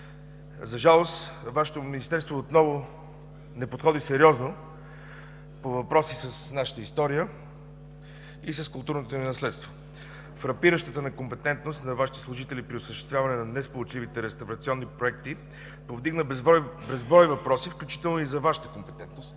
За жалост, Вашето министерство отново не подходи сериозно по въпроси с нашата история и с културното ни наследство. Фрапиращата некомпетентност на Вашите служители при осъществяване на несполучливите реставрационни проекти повдигна безброй въпроси, включително и за Вашата компетентност